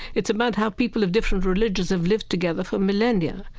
it's about how people of different religions have lived together for millennia,